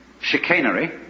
chicanery